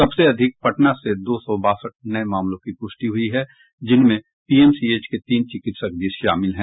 सबसे अधिक पटना से दो सौ बासठ नये मामलों की पुष्टि हुई है जिनमें पीएमसीएच के तीन चिकित्सक भी शामिल हैं